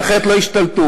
כי אחרת לא ישתלטו.